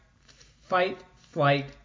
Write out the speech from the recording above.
fight-flight